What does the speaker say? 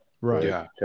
Right